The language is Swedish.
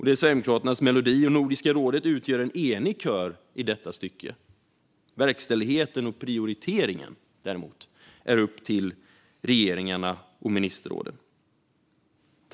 Det är Sverigedemokraternas melodi, och Nordiska rådet utgör en enig kör i detta stycke. Verkställigheten och prioriteringen är däremot upp till regeringarna och ministerrådet.